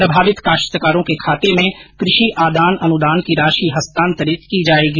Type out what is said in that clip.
प्रभावित काश्तकारों के खाते में कृषि आदान अनुदान की राशि हस्तांतरित की जायेगी